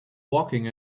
walking